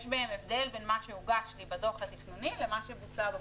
יש בהם הבדל בין מה שהוגש לי בדוח התכנוני לבין מה שבוצע בפועל.